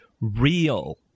real